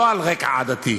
לא על רקע עדתי,